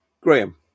Graham